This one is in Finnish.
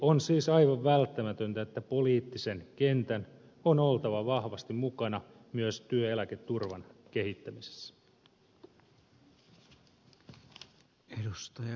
on siis aivan välttämätöntä että poliittinen kenttä on vahvasti mukana myös työeläketurvan kehittämisessä